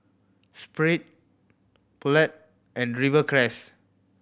Sprit Poulet and Rivercrest